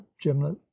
gimlet